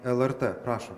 lrt prašom